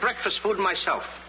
breakfast food myself